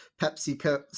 PepsiCo